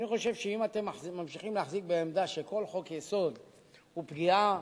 אני חושב שאם אתם ממשיכים להחזיק בעמדה שכל חוק-יסוד הוא פגיעה